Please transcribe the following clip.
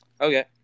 Okay